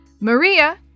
Maria